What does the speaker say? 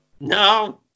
No